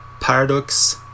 Paradox